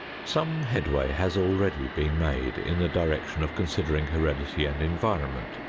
some headway has already been made in the direction of considering heredity and environment.